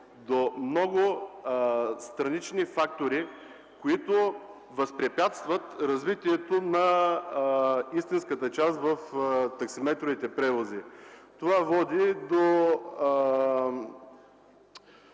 до много странични фактори, които възпрепятстват развитието на истинската част в таксиметровите превози. Това води към